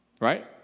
Right